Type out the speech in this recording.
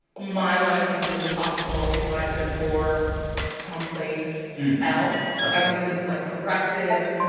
my life would've been possible if i'd been poor someplace else how so? evanston's, like, progressive.